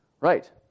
Right